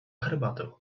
herbatę